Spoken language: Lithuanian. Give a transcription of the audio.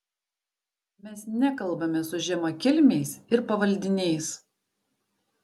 mes nekalbame su žemakilmiais ir pavaldiniais